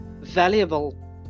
valuable